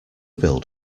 build